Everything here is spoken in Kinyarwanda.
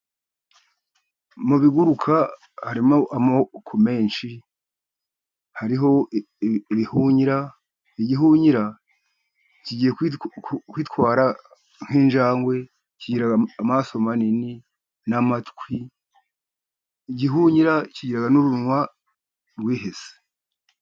Mu biguruka harimo amoko menshi. Hariho ibihunyira. Igihunyira kigiye kwitwara nk'injangwe. Kigira amaso manini n'amatwi. Igihunyira kigira n'urunwa rwihese.